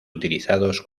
utilizados